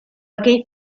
كيف